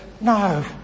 No